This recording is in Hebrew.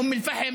אום אל-פחם,